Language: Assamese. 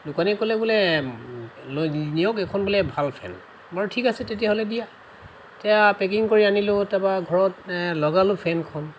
দোকানীয়ে ক'লে বোলে লৈ নিয়ক এইখন বোলে ভাল ফেন বাৰু ঠিক আছে তেতিয়া হ'লে দিয়া এতিয়া পেকিং কৰি আনিলোঁ তাপা ঘৰত লগালোঁ ফেনখন